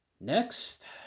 Next